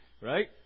Right